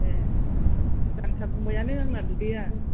ए जाहांथारबोबायानो आंना बिदैया